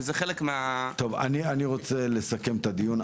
אני רוצה לסכם את הדיון.